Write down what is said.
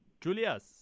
julius